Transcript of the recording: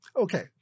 Okay